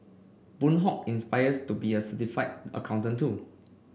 Boon Hock aspires to be a certified accountant too